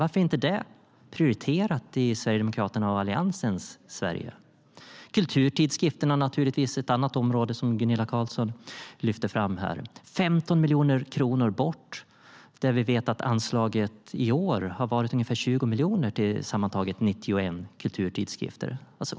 Varför är inte det prioriterat i Sverigedemokraternas och Alliansens Sverige? Kulturtidskrifterna är naturligtvis ett annat område. Gunilla Carlsson lyfte fram det. 15 miljoner kronor ska bort. Vi vet att anslaget i år har varit ungefär 20 miljoner till sammantaget 91 kulturtidskrifter.